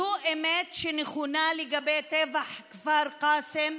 זו אמת שנכונה לגבי טבח כפר קאסם,